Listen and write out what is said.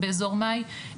באזור מאי,